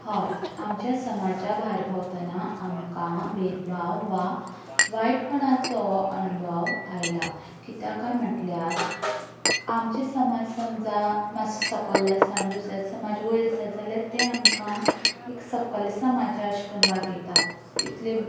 हय आमच्या समाजा भायर भोंवतना आमकां भेदभाव वा वायटपणाचो अणभव आयला कितें काय म्हणल्यार आमच्या समाज समजा मातसो सकयलो आसा आनी दुसरो समाज वयर आसा जाल्यार ते आमकां एक सकयलो समाज अशें करून वागयतात तितले